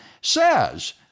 says